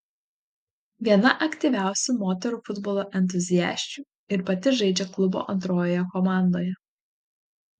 viena aktyviausių moterų futbolo entuziasčių ir pati žaidžia klubo antrojoje komandoje